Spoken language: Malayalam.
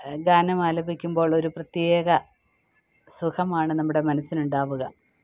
ഗാനമാലപിക്കുമ്പോഴൊരു പ്രത്യേക സുഖമാണ് നമ്മുടെ മനസ്സിനുണ്ടാവുക